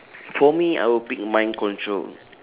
for me I will pick mind control